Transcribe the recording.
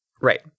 Right